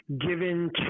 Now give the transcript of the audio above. given